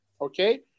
Okay